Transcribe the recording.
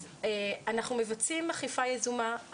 אנחנו מבצעים אכיפה יזומה,